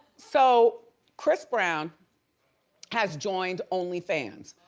so chris brown has joined only fans.